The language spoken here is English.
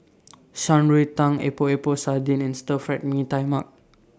Shan Rui Tang Epok Epok Sardin and Stir Fried Mee Tai Mak